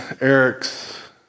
Eric's